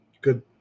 Good